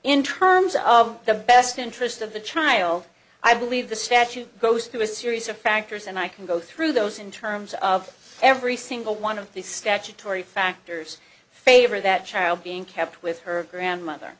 in terms of the best interest of the child i believe the statute goes through a series of factors and i can go through those in terms of every single one of the statutory factors favor that child being kept with her grandmother